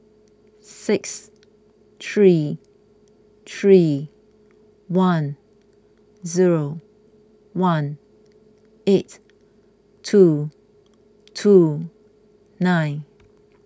six three three one zero one eight two two nine